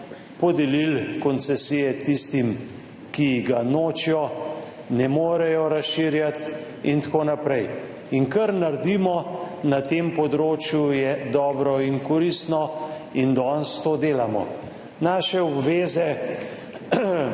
podelili koncesije tistim, ki jih nočejo, ne morejo razširjati in tako naprej. Kar bomo naredili na tem področju, je dobro in koristno in danes to delamo. Naše obveze